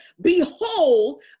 Behold